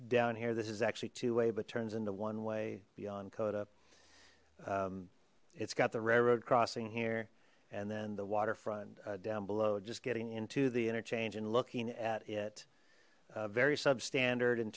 down here this is actually two way but turns into one way beyond code up it's got the railroad crossing here and then the waterfront down below just getting into the interchange and looking at it very substandard in